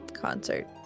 concert